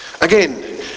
again